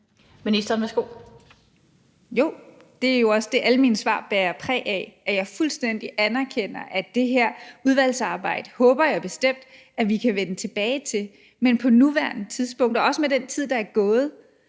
Mogensen): Jo, det er jo også det, som alle mine svar bærer præg af at jeg fuldstændig anerkender. Det her udvalgsarbejde håber jeg bestemt vi kan vende tilbage til, men på nuværende tidspunkt og også med den tid, der er gået,